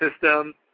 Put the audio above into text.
system